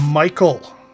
Michael